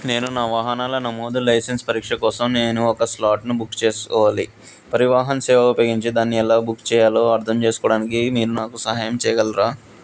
నేను నా వాహనాల నమోదు లైసెన్స్ పరీక్ష కోసం నేను ఒక స్లాట్ను బుక్ చేసుకోవాలి పరివాహన్ సేవ ఉపయోగించి దాన్ని ఎలా బుక్ చేయాలో అర్థం చేసుకోవడానికి మీరు నాకు సహాయం చేయగలరా